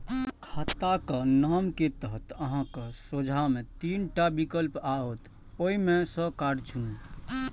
खाताक नाम के तहत अहांक सोझां मे तीन टा विकल्प आओत, ओइ मे सं कार्ड चुनू